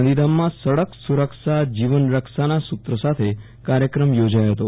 ગાંધીધામ માં સડક સુ રક્ષા જીવન રક્ષાના સુ ત્ર સાથે કાર્યક્રમ યોજાયો હતો